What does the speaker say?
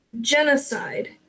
genocide